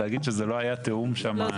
להגיד שזה לא היה תיאום שמה.